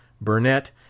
Burnett